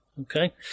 Okay